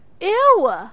Ew